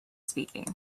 speaking